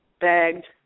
bagged